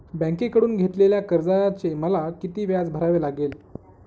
बँकेकडून घेतलेल्या कर्जाचे मला किती व्याज भरावे लागेल?